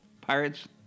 pirates